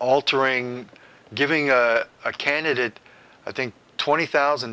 altering giving a candidate i think twenty thousand